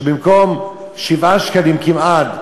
שבמקום 7 שקלים כמעט,